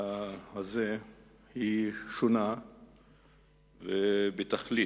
הזה היא שונה בתכלית.